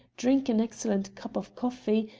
drink an excellent cup of coffee,